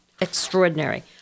extraordinary